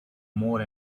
more